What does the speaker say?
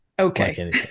Okay